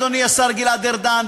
אדוני השר גלעד ארדן,